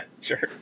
sure